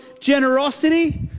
generosity